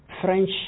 french